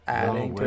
adding